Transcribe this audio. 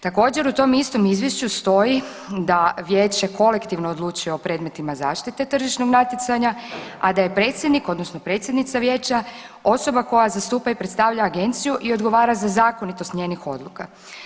Također u tom istom izvješću stoji da vijeće kolektivno odlučuje o predmetima zaštite tržišnog natjecanja, a da je predsjednik odnosno predsjednica vijeća osoba koja zastupa i predstavlja agenciju i odgovora za zakonitost njenih odluka.